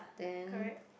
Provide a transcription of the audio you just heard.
then